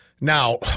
Now